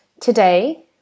Today